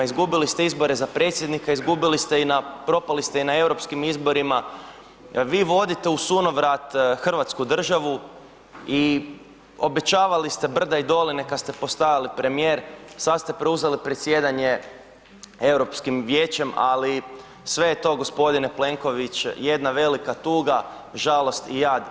Izgubili ste izbore za predsjednika, propali ste i na europskim izborima, vi vodite u sunovrat Hrvatsku državu i obećavali ste brda i doline kada ste postajali premijer, sada ste preuzeli predsjedanje Europskim vijećem, ali sve je to gospodine Plenković jedna velika tuga, žalost i jad.